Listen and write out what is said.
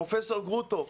פרופסור גרוטו,